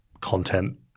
content